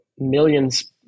millions